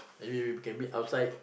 maybe we can meet outside